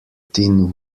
tin